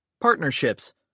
Partnerships